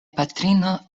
patrino